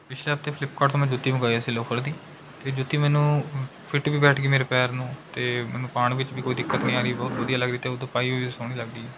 ਪਿਛਲੇ ਹਫ਼ਤੇ ਫਲਿੱਪਕਾਰਟ ਤੋਂ ਮੈਂ ਜੁੱਤੀ ਮੰਗਵਾਈ ਸੀ ਲੋਫਰ ਦੀ ਅਤੇ ਜੁੱਤੀ ਮੈਨੂੰ ਫਿੱਟ ਵੀ ਬੈਠ ਗਈ ਮੇਰੇ ਪੈਰ ਨੂੰ ਅਤੇ ਮੈਨੂੰ ਪਾਉਣ ਵਿੱਚ ਵੀ ਕੋਈ ਦਿੱਕਤ ਨਹੀਂ ਆ ਰਹੀ ਬਹੁਤ ਵਧੀਆ ਲੱਗਦੀ ਅਤੇ ਉਦੋਂ ਪਾਈ ਵੀ ਸੋਹਣੀ ਲੱਗਦੀ